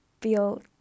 feel